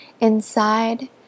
inside